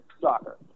soccer